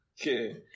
Okay